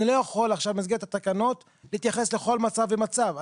אני לא יכול עכשיו במסגרת התקנות להתייחס לכל מצב ומצב.